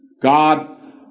God